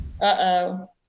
uh-oh